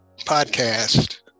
podcast